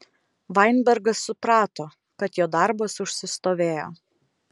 vainbergas suprato kad jo darbas užsistovėjo